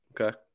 Okay